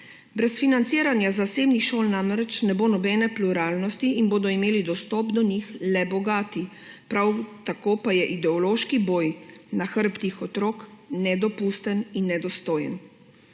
Brez financiranja zasebnih šol namreč ne bo nobene pluralnosti in bodo imeli dostop do njih le bogati, prav tako pa je ideološki boj na hrbtih otrok nedopusten in nedostojen.